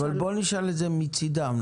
בואו נשאל את זה מצידם.